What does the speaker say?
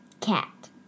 Cat